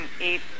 eat